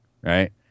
Right